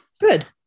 good